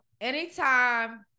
anytime